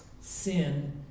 sin